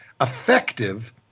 effective